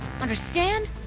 Understand